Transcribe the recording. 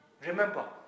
Remember